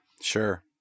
Sure